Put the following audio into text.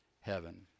heaven